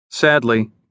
Sadly